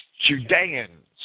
Judeans